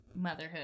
motherhood